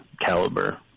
caliber